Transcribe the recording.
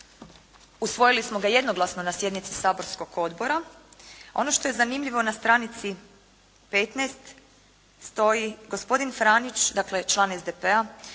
usvojili smo ga jednoglasno na sjednici Saborskog odbora. Ono što je zanimljivo na stranici 15 stoji, gospodin Franić dakle član SDP-a